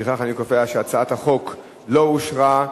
לפיכך אני קובע שהצעת החוק לא אושרה.